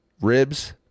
Ribs